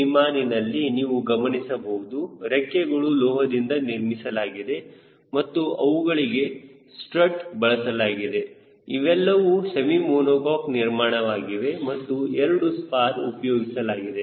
ಈ ವಿಮಾನಿನಲ್ಲಿ ನೀವು ಗಮನಿಸಬಹುದು ರೆಕ್ಕೆಗಳು ಲೋಹದಿಂದ ನಿರ್ಮಿಸಲಾಗಿದೆ ಮತ್ತು ಅವುಗಳಿಗೆ ಸ್ಟ್ರಾಟ್ ಬಳಸಲಾಗಿದೆ ಇವೆಲ್ಲವೂ ಸೆಮಿ ಮೋನುಕಾಕ್ ನಿರ್ಮಾಣವಾಗಿವೆ ಮತ್ತು ಎರಡು ಸ್ಪಾರ್ ಉಪಯೋಗಿಸಲಾಗಿದೆ